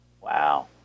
Wow